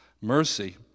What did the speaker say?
Mercy